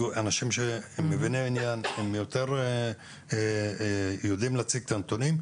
אנשים שהם מביני עניין והם יותר ממני יודעים להציג את הנתונים,